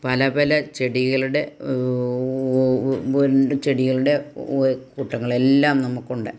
പല പല ചെടികളുടെ ചെടികളുടെ കൂട്ടങ്ങൾ എല്ലാം നമുക്കുണ്ട്